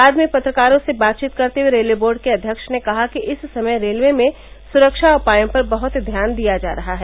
बाद में पत्रकारों से बातवीत करते हुए रेलवे बोर्ड के अध्यक्ष ने कहा कि इस समय रेलवे में सुख्या उपायों पर बहुत ध्यान दिया जा रहा है